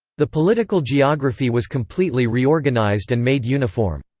the political geography was completely reorganized and made uniform.